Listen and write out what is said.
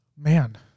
Man